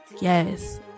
yes